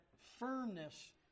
firmness